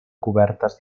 cobertes